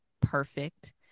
perfect